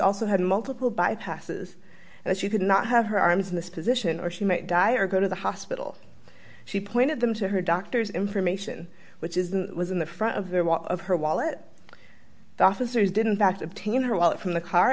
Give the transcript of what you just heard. also had multiple bypasses and she could not have her arms in this position or she might die or go to the hospital she pointed them to her doctors information which isn't was in the front of their wall of her wallet the officers did in fact obtain her wallet from the car